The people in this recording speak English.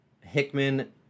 Hickman